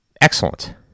Excellent